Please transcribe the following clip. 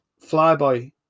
Flyboy